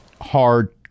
hard